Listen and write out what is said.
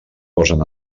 posen